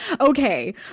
okay